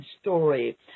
story